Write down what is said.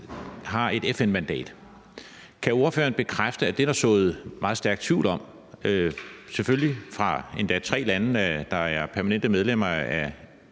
har et FN-mandat. Kan ordføreren bekræfte, at det er der sået meget stærk tvivl om? Det er endda fra tre lande, der er permanente medlemmer af